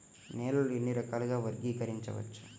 నేలని ఎన్ని రకాలుగా వర్గీకరించవచ్చు?